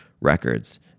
Records